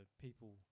people